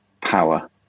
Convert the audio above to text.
power